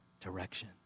direction